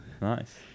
Nice